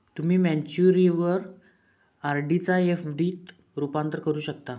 तुम्ही मॅच्युरिटीवर आर.डी चा एफ.डी त रूपांतर करू शकता